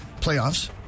playoffs